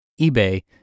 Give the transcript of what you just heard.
eBay